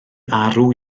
arw